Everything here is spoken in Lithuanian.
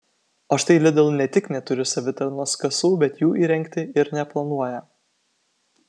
o štai lidl ne tik neturi savitarnos kasų bet jų įrengti ir neplanuoja